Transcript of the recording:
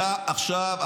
אי-אפשר גם וגם?